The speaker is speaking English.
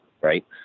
right